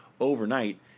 overnight